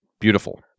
Beautiful